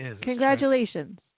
Congratulations